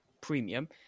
premium